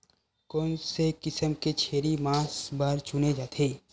कोन से किसम के छेरी मांस बार चुने जाथे?